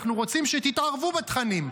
אנחנו רוצים שתתערבו בתכנים,